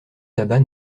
tabac